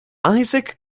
isaac